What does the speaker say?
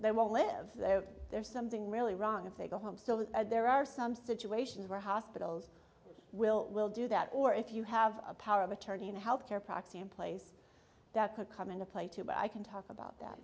they won't live there there's something really wrong if they go home so that there are some situations where hospitals will will do that or if you have a power of attorney and a health care proxy in place that could come into play too but i can talk about that